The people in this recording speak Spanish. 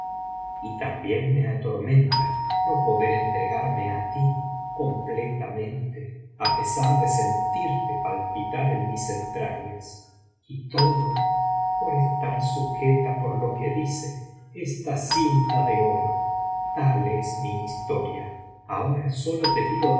y también me atormenta no poder entregarme á ti completamente á pesar de sentirte palpitar en mis entrañas y todo por estar sujeta por lo que dice esta cinta de oro tal es mi historia ahora sólo te pido